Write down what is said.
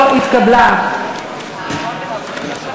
ההסתייגות (170)